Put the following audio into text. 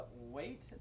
wait